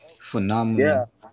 Phenomenal